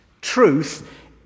Truth